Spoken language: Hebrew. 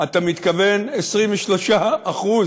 אתה מתכוון 23%?